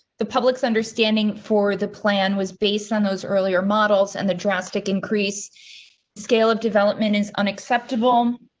the public's understanding for the plan was based on those earlier models and the drastic increase scale of development is unacceptable.